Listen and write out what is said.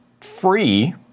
free